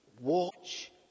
Watch